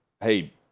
hey